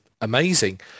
amazing